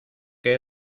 que